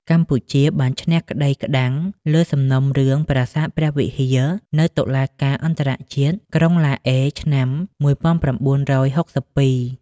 កម្ពុជាបានឈ្នះក្តីក្តាំងលើសំណុំរឿងប្រាសាទព្រះវិហារនៅតុលាការអន្តរជាតិក្រុងឡាអេឆ្នាំ ១៩៦២។